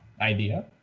idea